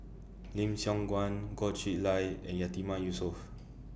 Lim Siong Guan Goh Chiew Lye and Yatiman Yusof